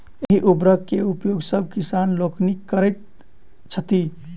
एहि उर्वरक के उपयोग सभ किसान लोकनि करैत छथि